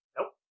Nope